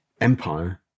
Empire